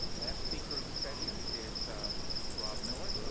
last speaker of the session is rob miller,